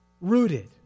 Rooted